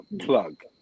plug